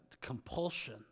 compulsion